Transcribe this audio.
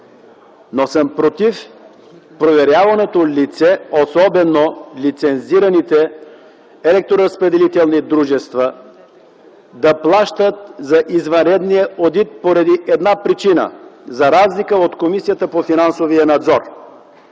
но съм против проверяваното лице, особено лицензираните електроразпределителни дружества да плащат за извънредния одит поради една причина – за разлика от Комисията по финансовия надзор.